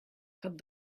cut